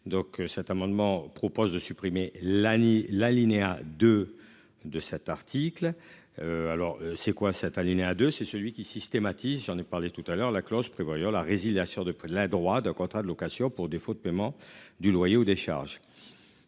donc cet amendement propose de supprimer la ni l'alinéa 2 de cet article. Alors c'est quoi cet alinéa de c'est celui qui systématise. J'en ai parlé tout à l'heure la clause prévoyant la résiliation de la droit d'un contrat de location pour défaut de paiement du loyer ou des charges.